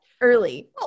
early